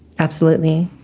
absolutely.